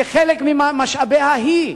כחלק ממשאביה היא.